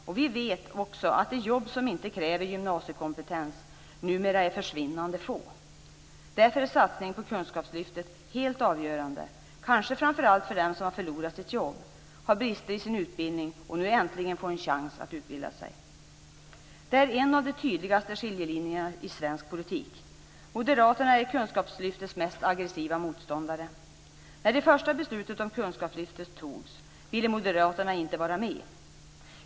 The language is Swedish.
Och vi vet också att de jobb som inte kräver gymnasiekompetens numera är försvinnande få. Därför är satsningen på kunskapslyftet helt avgörande, kanske framför allt för dem som har förlorat sitt jobb, har brister i sin utbildning och nu äntligen får en chans att utbilda sig. Detta är en av de tydligaste skiljelinjerna i svensk politik. Moderaterna är kunskapslyftets mest aggressiva motståndare. När det första beslutet om kunskapslyftet fattades ville moderaterna inte vara med.